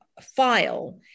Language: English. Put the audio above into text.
File